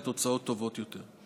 לתוצאות טובות יותר.